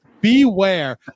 beware